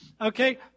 Okay